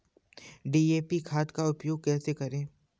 DAP खाद का उपयोग कैसे करें?